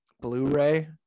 Blu-ray